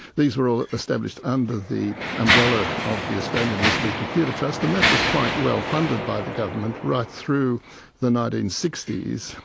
these were all established under the umbrella of the australian elizabethan theatre trust. and that was quite well funded by the government, right through the nineteen sixty s.